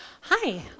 Hi